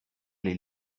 les